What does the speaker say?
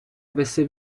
avesse